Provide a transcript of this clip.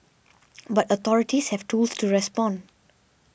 but authorities have tools to respond